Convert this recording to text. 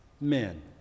men